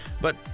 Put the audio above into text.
But